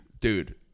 Dude